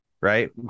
right